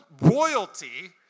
royalty